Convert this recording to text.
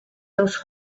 those